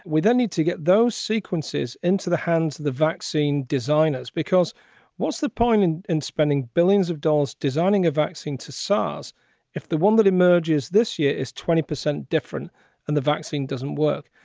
then need to get those sequences into the hands, the vaccine designers, because what's the point in in spending billions of dollars designing a vaccine to saas if the one that emerges this year is twenty percent different and the vaccine doesn't work?